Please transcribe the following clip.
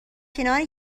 کنار